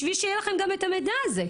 בשביל שיהיה לכם גם את המידע הזה.